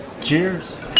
Cheers